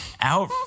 out